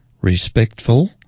respectful